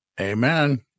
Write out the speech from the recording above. Amen